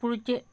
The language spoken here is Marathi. पुळचे